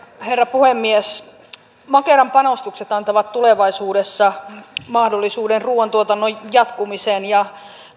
herra puhemies makeran panostukset antavat tulevaisuudessa mahdollisuuden ruuantuotannon jatkumiseen ja